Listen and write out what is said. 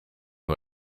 who